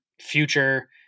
future